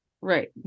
right